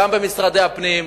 גם במשרד הפנים,